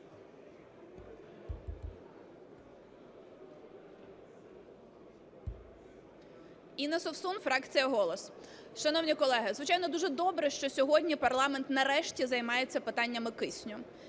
Інна Совсун, фракція "Голос". Шановні колеги, звичайно, дуже добре, що сьогодні парламент нарешті займається питаннями кисню.